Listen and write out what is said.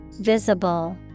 Visible